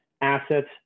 assets